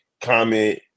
comment